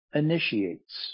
initiates